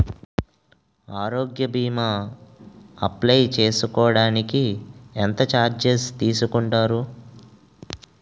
ఆరోగ్య భీమా అప్లయ్ చేసుకోడానికి ఎంత చార్జెస్ తీసుకుంటారు?